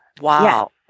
Wow